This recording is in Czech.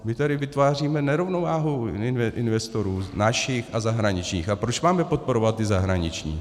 My tady vytváříme nerovnováhu investorů našich a zahraničních, a proč máme podporovat ty zahraniční?